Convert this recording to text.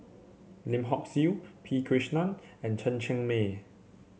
Lim Hock Siew P Krishnan and Chen Cheng Mei